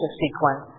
sequence